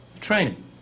training